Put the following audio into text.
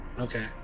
Okay